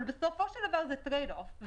אבל בסופו של דבר זה טרייד אוף.